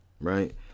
Right